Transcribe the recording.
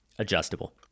adjustable